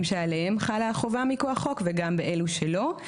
שעליהם חלה החובה מכוח חוק וגם באלו שלא.